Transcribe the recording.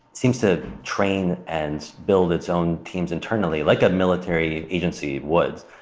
seems to train and build its own teams internally like a military agency would,